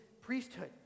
priesthood